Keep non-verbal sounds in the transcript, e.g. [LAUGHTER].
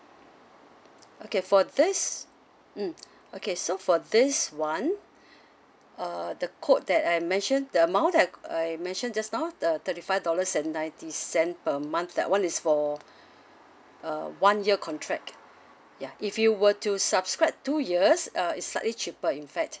okay for this mm okay so for this one [BREATH] uh the quote that I mentioned the amount that I mentioned just now the thirty five dollars and ninety cents per month that one is for [BREATH] a one year contract ya if you will to subscribe two years uh it's slightly cheaper in fact